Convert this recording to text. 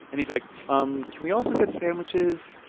and he's like, um can we also get sandwiches?